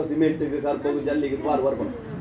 ನಮ್ಮಲ್ಲಿ credit card ಇದ್ದರೆ ಅದಕ್ಕೆ ಭದ್ರತೆ ಇರುತ್ತದಾ?